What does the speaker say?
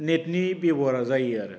नेटनि बेब'हारा जायो आरो